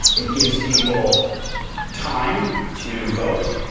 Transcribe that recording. it gives people time to vote.